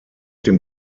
dem